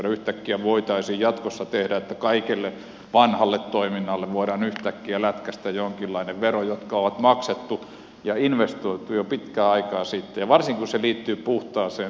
yhtäkkiä voitaisiin jatkossa tehdä niin että kaikelle vanhalle toiminnalle voidaan yhtäkkiä lätkäistä jonkinlainen vero jotka on maksettu ja investoitu jo pitkän aikaa sitten ja varsinkin kun se liittyy puhtaaseen tuotantoon